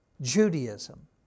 Judaism